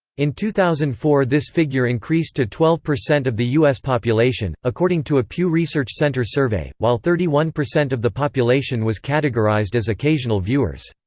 in two thousand and four this figure increased to twelve percent of the u s. population, according to a pew research center survey, while thirty one percent of the population was categorized as occasional viewers.